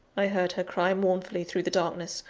i heard her cry mournfully through the darkness.